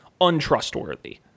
untrustworthy